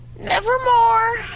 Nevermore